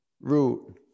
root